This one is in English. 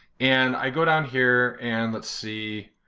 and i go down here, and let's see,